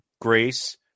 grace